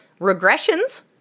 regressions